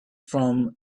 from